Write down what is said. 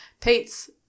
Pete's